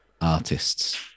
artists